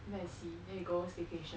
go and see then we go staycation